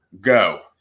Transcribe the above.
Go